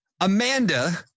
Amanda